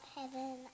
heaven